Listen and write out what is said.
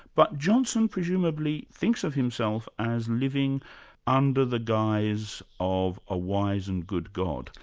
but johnson presumably thinks of himself as living under the guise of a wise and good god.